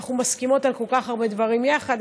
אנחנו מסכימות על כל כך הרבה דברים יחד,